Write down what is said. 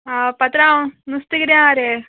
आ पात्रांव नुस्तें किदें आ रे